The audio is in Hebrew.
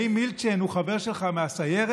האם מילצ'ן הוא חבר שלך מהסיירת,